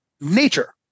nature